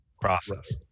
process